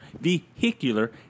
vehicular